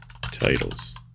titles